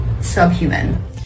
subhuman